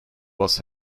was